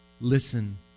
Listen